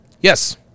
yes